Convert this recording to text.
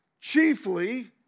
chiefly